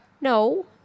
No